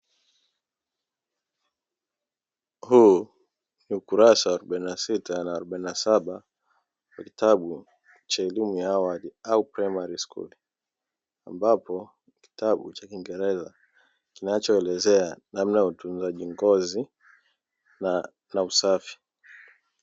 Huu ni ukurasa wa arobaini na sita na arobaini na saba wa kitabu cha elimu ya awali au “primary school”, ambapo kitabu cha kiingereza kinachoelezea namna ya utunzaji ngozi na usafi.